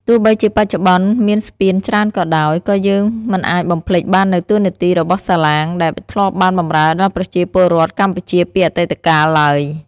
ទោះបីជាបច្ចុប្បន្នមានស្ពានច្រើនក៏ដោយ ក៏យើងមិនអាចបំភ្លេចបាននូវតួនាទីរបស់សាឡាងដែលធ្លាប់បានបម្រើដល់ប្រជាពលរដ្ឋកម្ពុជាពីអតីតកាលឡើយ។